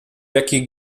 jakich